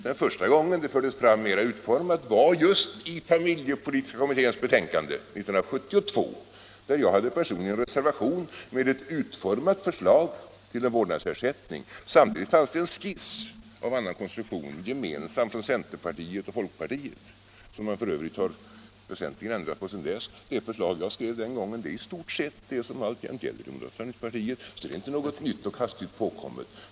Den första gång då den fördes fram mer utformat var just i familjepolitiska kommitténs betänkande år 1972. Jag hade personligen en reservation till det med ett utformat förslag till en vårdnadsersättning. Samtidigt fanns en skiss av en annan konstruktion, gemensam för centerpartiet och folkpartiet, som man för övrigt har ändrat väsentligt sedan dess. Det förslag jag skrev den gången är i stort sett det som alltjämt gäller för moderata samlingspartiet, så det är inte något nytt och hastigt påkommet.